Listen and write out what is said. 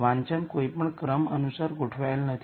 વાંચન કોઈપણ ક્રમ અનુસાર ગોઠવાયેલ નથી